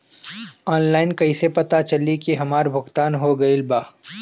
Online कईसे पता चली की हमार भुगतान हो गईल बा?